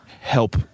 help